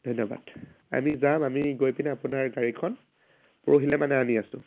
ধন্যবাদ আমি যাম আমি গৈ পিনে আপোনাৰ গাড়ীখন পৰহিলে মানে আনি আছোঁ